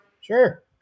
Sure